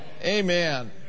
Amen